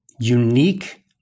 unique